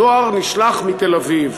הדואר נשלח מתל-אביב,